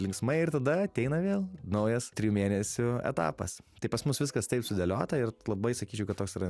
linksmai ir tada ateina vėl naujas trijų mėnesių etapas tai pas mus viskas taip sudėliota ir labai sakyčiau kad toks yra